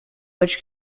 which